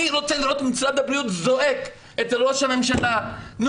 אני רוצה לראות את משרד הבריאות זועק אצל ראש הממשלה 'תנו